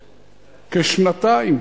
כשנתיים.